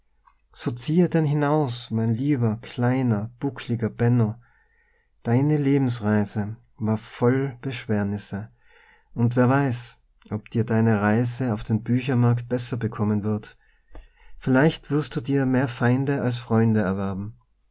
so ziehe denn hinaus mein lieber kleiner buckliger benno deine lebensreise war voll beschwernisse und wer weiß ob dir deine reise auf den büchermarkt besser bekommen wird vielleicht wirst du dir mehr feinde als freunde erwerben